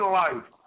life